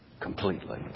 completely